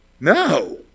No